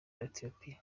ethiopie